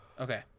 Okay